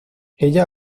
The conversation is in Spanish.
ella